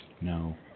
No